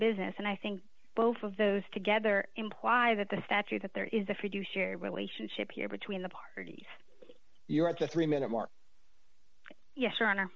business and i think both of those together imply that the statute that there is if you do share relationship here between the parties you're up to three minute mark yes